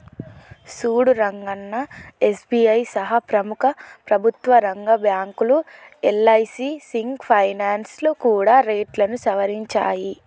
సూడు రంగన్నా ఎస్.బి.ఐ సహా ప్రముఖ ప్రభుత్వ రంగ బ్యాంకులు యల్.ఐ.సి సింగ్ ఫైనాల్స్ కూడా రేట్లను సవరించాయి